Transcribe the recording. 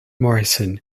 morrison